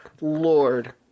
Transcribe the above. Lord